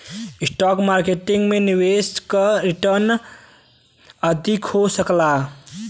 stock market में निवेश क रीटर्न अधिक हो सकला